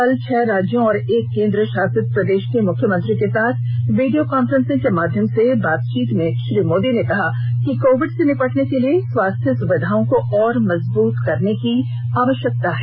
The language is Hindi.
कल छह राज्यों और एक केन्द्र शासित प्रदेश के मुख्यमंत्रियों के साथ वीडियो कांफ्रेंसिंग के माध्यम से बातचीत में श्री मोदी ने कहा कि कोविड से निपटने के लिए स्वास्थ्य सुविधाओं को और मजबूत करने की आवश्यकता है